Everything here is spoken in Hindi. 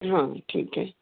हाँ ठीक है